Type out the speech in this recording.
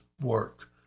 work